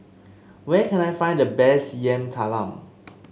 where can I find the best Yam Talam